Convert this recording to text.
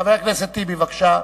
חבר הכנסת טיבי, בבקשה.